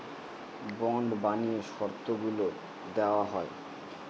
bond বানিয়ে শর্তগুলা দেওয়া হয়